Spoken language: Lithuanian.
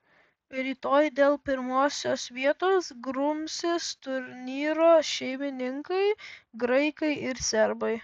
rytoj dėl pirmosios vietos grumsis turnyro šeimininkai graikai ir serbai